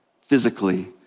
physically